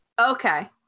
Okay